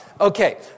Okay